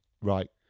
Right